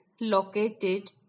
located